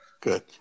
Good